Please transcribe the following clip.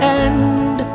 end